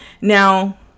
now